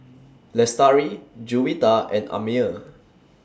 Lestari Juwita and Ammir